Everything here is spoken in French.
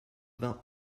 vingt